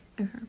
Okay